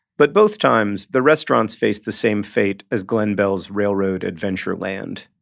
but both times, the restaurants faced the same fate as glen bell's railroad adventure land.